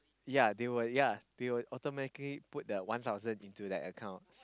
ya they will ya they will automatically put the one thousand into that account